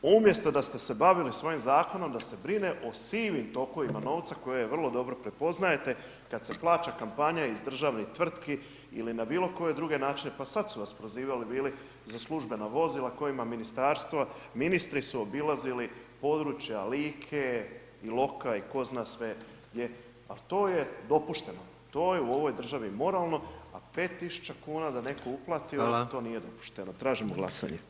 Umjesto da ste se bavili svojim zakonom da se brine o sivim tokovima novca koje vrlo dobro prepoznajete kad se plaća kampanja iz državnih tvrtki ili na bilo koje druge načine, pa sad su vas prozivali bili za službena vozila kojima ministarstva, ministri su obilazili područja Like, Iloka i ko zna sve gdje, al to je dopušteno, to je u ovoj državi moralno, a 5.000,00 kn da netko uplati [[Upadica: Hvala]] to nije dopušteno, tražimo glasanje.